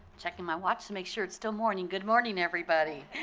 checking my watch to make sure it's still morning. good morning, everybody.